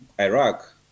Iraq